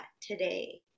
today